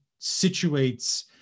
situates